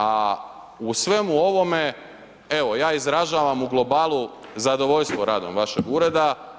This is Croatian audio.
A u svemu ovome, evo ja izražavam u globalu zadovoljstvo radom vašeg ureda.